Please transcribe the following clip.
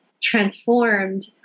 transformed